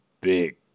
big